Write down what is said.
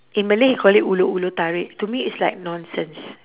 in malay you call it hulur hulur tarik to me it's like nonsense